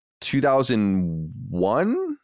2001